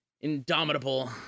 Indomitable